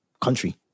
country